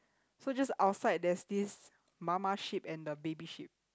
so just outside there's this mama sheep and the baby sheep